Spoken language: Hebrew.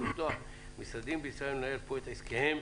לפתוח משרדים בישראל ולנהל פה את עסקיהם,